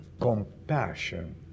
compassion